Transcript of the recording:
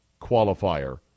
qualifier